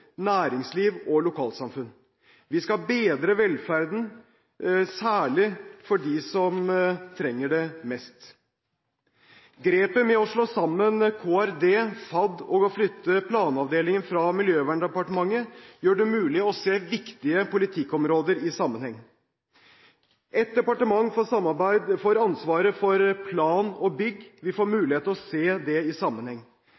næringsliv og lokalsamfunn. Vi skal bedre velferden, særlig for dem som trenger det mest. Grepet med å slå sammen KRD og FAD og å flytte planavdelingen fra Miljøverndepartementet gjør det mulig å se viktige politikkområder i sammenheng. Ett departement får ansvaret for plan og bygg, vi får